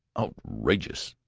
outrageous!